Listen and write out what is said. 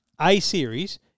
A-Series